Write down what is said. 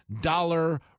dollar